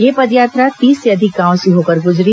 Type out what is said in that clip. यह पदयात्रा तीस से अधिक गांवों से होकर गुजरी